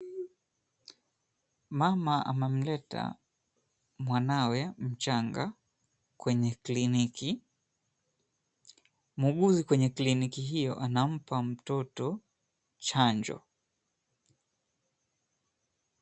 Mama amemleta mwanawe mchanga kwenye kliniki, muuguzi kwenye kliniki hiyo anampa mtoto chanjo.